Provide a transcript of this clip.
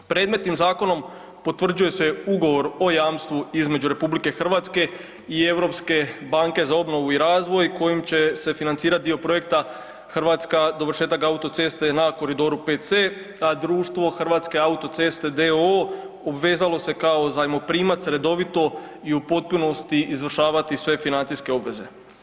Predmetnim zakonom potvrđuje se Ugovor o jamstvu između Republike Hrvatske i Europske banke za obnovu i razvoj kojim će se financirati dio projekta Hrvatska dovršetak autoceste na koridoru 5C, a društvo Hrvatske autoceste d.o.o. obvezalo se kao zajmoprimac redovito i u potpunosti izvršavati sve financijske obveze.